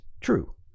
true